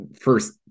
first